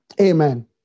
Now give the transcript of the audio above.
Amen